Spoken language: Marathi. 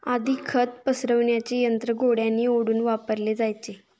आधी खत पसरविण्याचे यंत्र घोड्यांनी ओढून वापरले जायचे